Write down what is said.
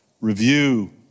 Review